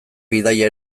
bidaia